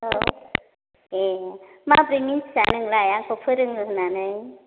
औ ए माबोरै मिथिया नोंलाय आंखौ फोरोङो होनानै